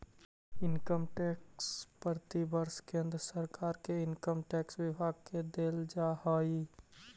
income tax प्रतिवर्ष केंद्र सरकार के इनकम टैक्स विभाग के देल जा हई